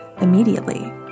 immediately